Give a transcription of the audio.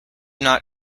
not